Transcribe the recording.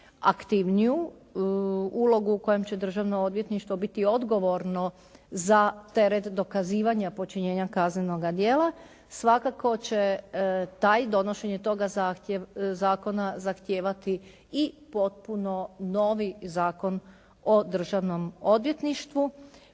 aktivniju ulogu u kojoj će državno odvjetništvo biti odgovorno za teret dokazivanja počinjenja kaznenoga djela. Svakako će taj, donošenje toga zakona zahtijevati i potpuno novi Zakon o državnom odvjetništvu